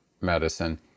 medicine